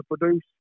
produce